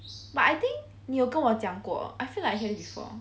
but I think 你有跟我讲过 I feel like I hear before